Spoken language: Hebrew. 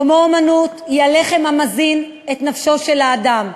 כמו אמנות, היא הלחם המזין את נפשו של האדם.